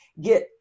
get